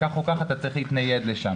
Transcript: וכך או כך אתה צריך להתנייד לשם.